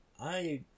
I